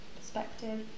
perspective